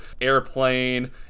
airplane